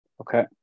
Okay